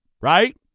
right